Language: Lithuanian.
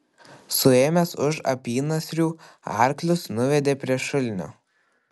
suėmęs už apynasrių arklius nuvedė prie šulinio